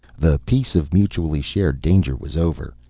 the peace of mutually shared danger was over,